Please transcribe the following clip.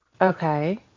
Okay